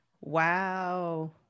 Wow